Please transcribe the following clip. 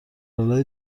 آلا